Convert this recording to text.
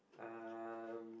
um